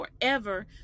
forever